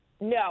No